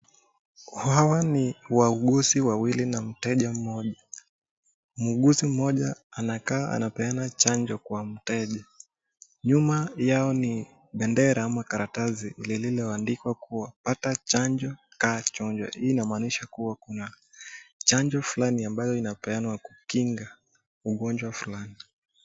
Hawa ni wauguzi wawili muuguzi moja anakaa kupeana chanjo kwa nyuma yao ni bendera ama karatasi lilo andikwa pata chanjo kaa chonjo, hii inamaanisha kuwa kuna chanjo fulani ambayo inapeenua kukinga ugonjwa fulani.